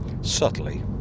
Subtly